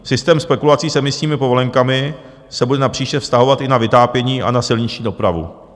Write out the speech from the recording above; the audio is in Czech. Systém spekulací s emisními povolenkami se bude napříště vztahovat i na vytápění a na silniční dopravu.